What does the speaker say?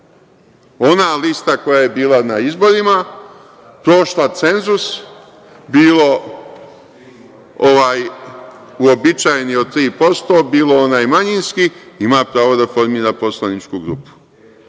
Ona lista koja je bila na izborima, prošla cenzus, bilo uobičajeno od tri posto, bilo onaj manjinski, ima pravo da formira poslaničku grupu. One